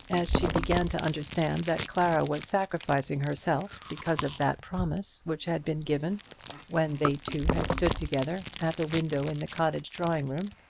as she began to understand that clara was sacrificing herself because of that promise which had been given when they two had stood together at the window in the cottage drawing-room,